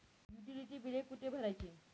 Utility बिले कुठे भरायची?